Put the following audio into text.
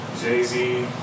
Jay-Z